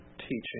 teaching